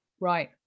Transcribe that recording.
Right